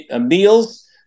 meals